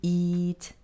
eat